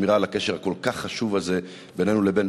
בשמירה על הקשר הכל-כך חשוב הזה בינינו לבין